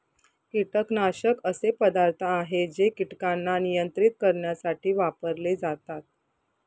कीटकनाशक असे पदार्थ आहे जे कीटकांना नियंत्रित करण्यासाठी वापरले जातात